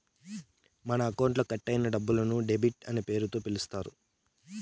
మన అకౌంట్లో కట్ అయిన డబ్బులను డెబిట్ అనే పేరుతో పిలుత్తారు